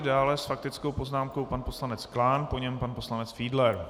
Dále s faktickou poznámkou pan poslanec Klán, po něm pan poslanec Fiedler.